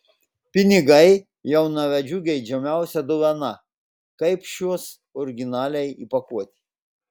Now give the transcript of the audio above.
pinigai jaunavedžių geidžiamiausia dovana kaip šiuos originaliai įpakuoti